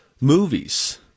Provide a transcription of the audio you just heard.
movies